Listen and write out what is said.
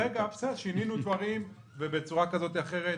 בסדר, רגע.